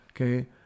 Okay